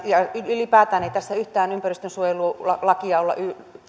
ylipäätään ei tässä yhtään ympäristönsuojelulakia olla